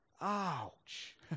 Ouch